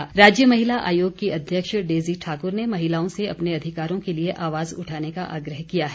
Daisy Thakur राज्य महिला आयोग की अध्यक्ष डेजी ठाक्र ने महिलाओं से अपने अधिकारों के लिए आवाज उठाने का आग्रह किया है